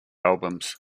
albums